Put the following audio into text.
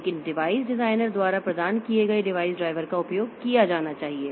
लेकिन device designer द्वारा प्रदान किए गए डिवाइस ड्राइवर का उपयोग किया जाना चाहिए